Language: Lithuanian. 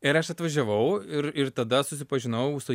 ir aš atvažiavau ir ir tada susipažinau su